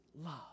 love